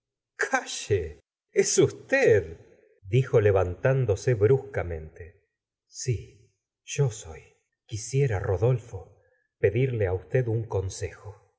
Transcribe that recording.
es usted dijo levantándose bruscamente si yo soy quisiera rodolfo pedirle á usted un consejo